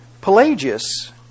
Pelagius